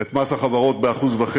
את מס החברות ב-1.5%.